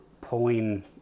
pulling